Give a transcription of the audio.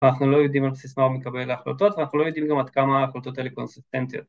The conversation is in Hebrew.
אנחנו לא יודעים על בסיס מה הוא מקבל את ההחלוטות ואנחנו לא יודעים גם עד כמה החלטות האלה קונסיסטנטיות